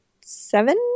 seven